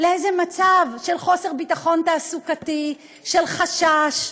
לאיזה מצב של חוסר ביטחון תעסוקתי, של חשש.